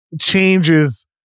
changes